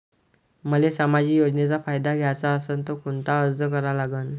मले सामाजिक योजनेचा फायदा घ्याचा असन त कोनता अर्ज करा लागन?